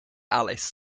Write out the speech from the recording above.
alice